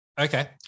Okay